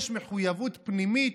יש מחויבות פנימית,